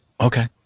Okay